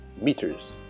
meters